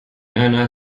einer